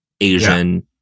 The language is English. asian